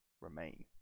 remain